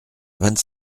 vingt